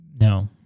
No